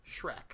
Shrek